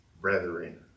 Brethren